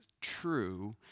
true